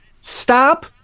stop